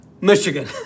Michigan